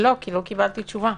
לא, כי לא קיבלתי תשובה.